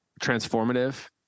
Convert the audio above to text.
transformative